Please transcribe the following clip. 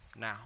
now